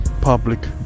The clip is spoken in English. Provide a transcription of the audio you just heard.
public